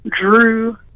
drew